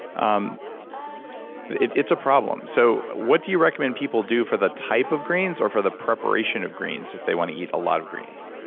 um it's it's a problem. so what do you recommend people do for the types of greens or for the preparation of greens if they want to eat a lot of greens?